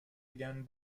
again